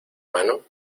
mano